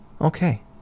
Okay